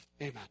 amen